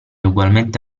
ugualmente